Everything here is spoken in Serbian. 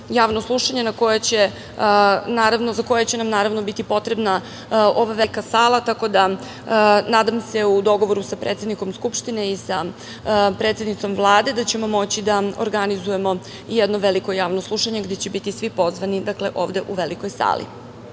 javno slušanje za koje će nam biti potrebna velika sala, tako da nadam se u dogovoru sa predsednikom Skupštine i sa predsednicom Vlade da ćemo moći da organizujemo jedno veliko javno slušanje, gde će biti svi pozvani ovde u velikoj